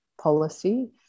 policy